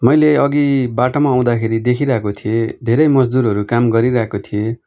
मैले अघि बाटोमा आउँदाखेरि देखिरहेको थिएँ धेरै मजदुरहरू काम गरिरहेको थिए